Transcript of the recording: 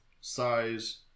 size